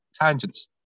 tangents